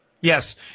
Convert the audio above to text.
Yes